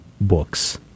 books